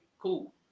cool